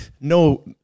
no